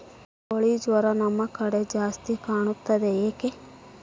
ಕೋಳಿ ಜ್ವರ ನಮ್ಮ ಕಡೆ ಜಾಸ್ತಿ ಕಾಣುತ್ತದೆ ಏಕೆ?